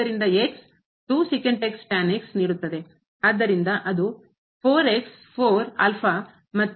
ಆದ್ದರಿಂದ ನೀಡುತ್ತದೆ